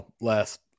last